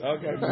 Okay